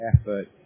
effort